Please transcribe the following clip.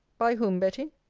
by whom, betty?